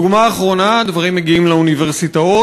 דוגמה אחרונה: הדברים מגיעים לאוניברסיטאות.